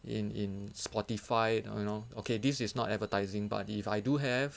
in in spotify you know okay this is not advertising but if I do have